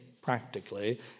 practically